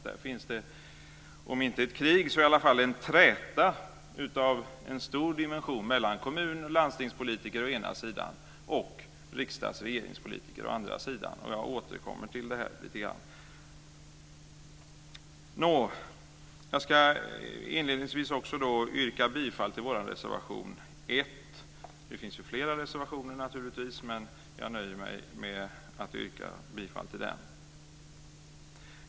Där finns det om inte ett krig så i alla fall en träta av stor dimension mellan kommun och landstingspolitiker å enda sidan och riksdags och regeringspolitiker å andra sidan. Jag återkommer till det här senare. Nå, jag ska inledningsvis också yrka bifall till vår reservation 1. Det finns naturligtvis flera reservationer, men jag nöjer mig med att yrka bifall till denna.